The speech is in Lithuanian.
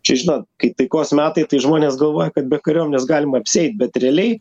čia žinot kai taikos metai tai žmonės galvoja kad be kariuomenės galima apsieit bet realiai